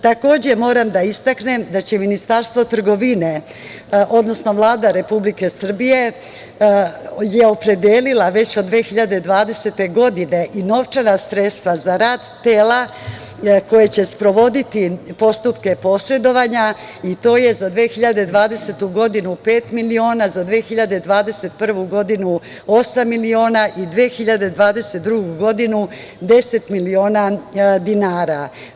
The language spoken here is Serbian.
Takođe, moram da istaknem da će Ministarstvo trgovine, odnosno Vlada Republike Srbije je opredelila već od 2020. godine i novčana sredstva za rad tela koja će sprovoditi postupke posredovanja i to je za 2020. godinu pet miliona, za 2021. godinu osam miliona i 2022. godinu deset miliona dinara.